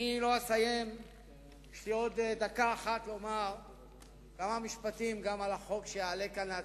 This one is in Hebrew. יש לי עוד דקה אחת לומר כמה משפטים גם על החוק שיעלה כאן להצבעה,